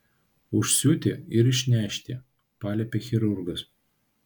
užsiūti ir išnešti paliepė chirurgas